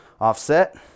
offset